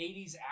80s